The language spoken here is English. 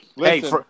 Hey